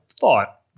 thought